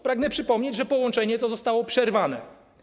Pragnę przypomnieć, że połączenie to zostało przerwane.